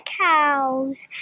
cows